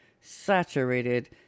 saturated